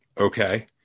Okay